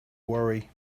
worry